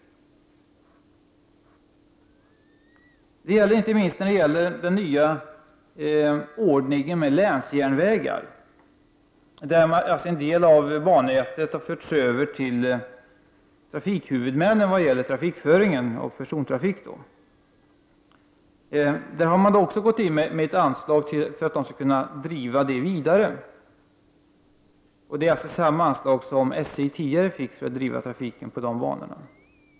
Detta gäller inte minst den nya utvecklingen med länsjärnvägar där en del av bannätet har förts över till trafikhuvudmännen såvitt gäller trafikföringen av främst persontrafiken. Man har gått in med ett anslag för att de skall kunna driva persontrafiken fortsättningsvis. SJ fick alltså motsvarande anslag tidigare för att driva trafiken på de banorna.